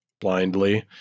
blindly